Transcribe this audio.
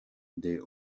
their